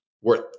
worth